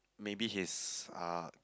maybe his uh